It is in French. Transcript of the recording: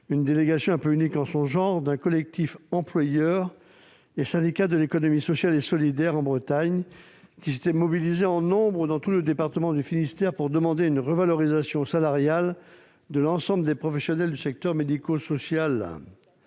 une délégation, unique en son genre, d'un collectif rassemblant des employeurs et des syndicats de l'économie sociale et solidaire en Bretagne. Ceux-ci s'étaient mobilisés en nombre dans tout le département du Finistère pour demander une revalorisation salariale de l'ensemble des professionnels du secteur médico-social